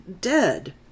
dead